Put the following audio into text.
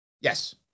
Yes